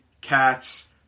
cats